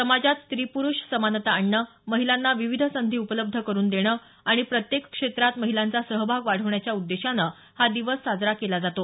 समाजात स्त्री पुरुष समानता आणणं महिलांना विविध संधी उपलब्ध करुन देणं आणि प्रत्येक क्षेत्रात महिलांचा सहभाग वाढवण्याच्या उद्देशानं हा दिवस साजरा केला जातो